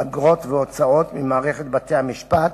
אגרות והוצאות ממערכת בתי-המשפט